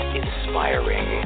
inspiring